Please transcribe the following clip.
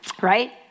right